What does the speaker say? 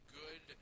good